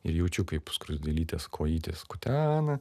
ir jaučiu kaip skruzdėlytės kojytės kutena